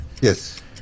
Yes